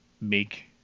make